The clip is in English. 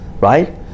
Right